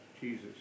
Jesus